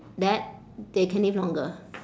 that they can live longer